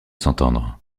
s’entendre